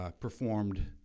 performed